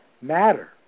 matter